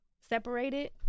separated